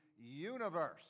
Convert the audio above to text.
universe